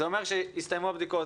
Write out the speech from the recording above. זה אומר שיסתיימו הבדיקות,